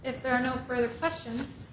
if there are no further questions